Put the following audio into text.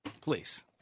Please